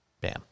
Bam